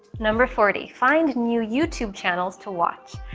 number forty find new youtube channels to watch.